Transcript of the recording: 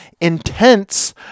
intense